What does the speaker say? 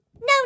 No